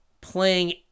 playing